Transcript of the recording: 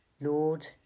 Lord